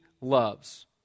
loves